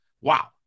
Wow